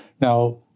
Now